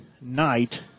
night